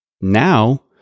Now